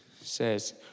says